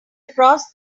across